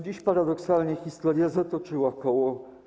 Dziś paradoksalnie historia zatoczyła koło.